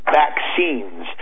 vaccines